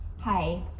Hi